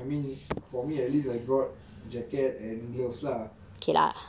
I mean for me at least I brought jacket and gloves lah